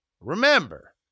Remember